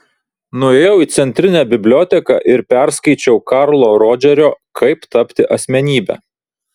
nuėjau į centrinę biblioteką ir perskaičiau karlo rodžerio kaip tapti asmenybe